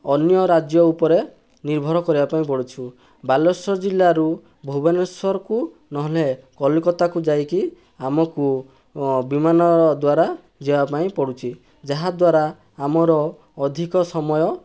ଅନ୍ୟ ରାଜ୍ୟ ଉପରେ ନିର୍ଭର କରିବାପାଇଁ ପଡ଼ୁଛି ବାଲେଶ୍ୱର ଜିଲ୍ଲାରୁ ଭୁବନେଶ୍ୱରକୁ ନହେଲେ କଲିକତାକୁ ଯାଇକି ଆମକୁ ଅଁ ବିମାନ ଦ୍ୱାରା ଯିବାପାଇଁ ପଡ଼ୁଛି ଯାହାଦ୍ୱାରା ଆମର ଅଧିକ ସମୟ